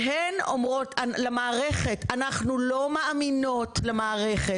והן אומרות למערכת: אנחנו לא מאמינות למערכת